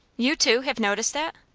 you, too, have noticed that?